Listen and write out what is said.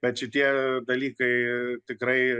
bet šitie dalykai tikrai